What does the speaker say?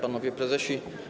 Panowie Prezesi!